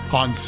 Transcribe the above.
on